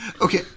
Okay